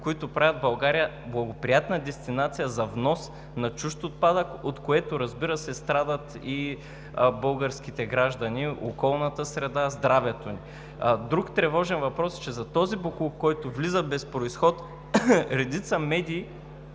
които правят България благоприятна дестинация за внос на чужд отпадък, от което, разбира се, страдат и българските граждани, околната среда, здравето им. Друг тревожен въпрос е, че за този боклук, който влиза без произход, редица медии